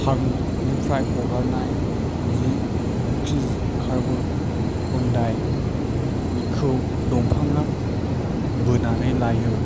हार्डनिफ्राय हगारनाय जि oxide carbon di बेखौ दंफाङा बोनानै लायो